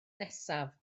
nesaf